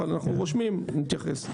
אבל אנחנו רושמים את זה ונתייחס.